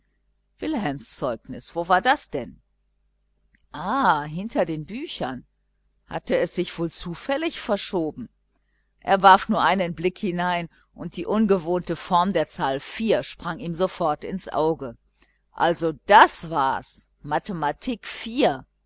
wilhelms zeugnis wo war denn das ah hinter den büchern hatte es sich wohl zufällig verschoben er warf nur einen blick hinein und die ungewohnte form der zahl iv sprang ihm ins auge also das war's mathematik